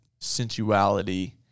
sensuality